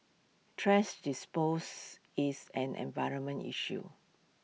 thrash dispose is an environment issue